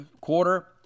quarter